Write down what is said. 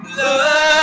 love